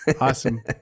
Awesome